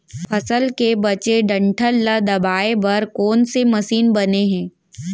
फसल के बचे डंठल ल दबाये बर कोन से मशीन बने हे?